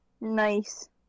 Nice